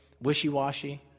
wishy-washy